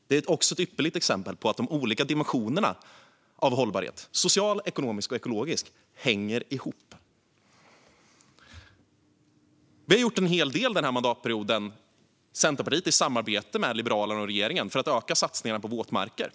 Det är ett ypperligt exempel på att de olika dimensionerna av hållbarhet - social, ekonomisk och ekologisk - hänger ihop. Vi har gjort en hel del under den här mandatperioden - Centerpartiet i samarbete med Liberalerna och regeringen - för att öka satsningarna på våtmarker.